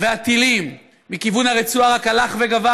והטילים מכיוון הרצועה רק הלך וגבר.